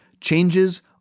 changes